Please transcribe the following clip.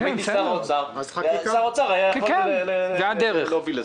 אם הייתי שר האוצר, שר האוצר היה יכול להוביל לזה.